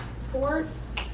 sports